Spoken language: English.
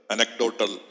Anecdotal